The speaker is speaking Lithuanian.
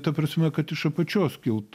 ta prasme kad iš apačios kilt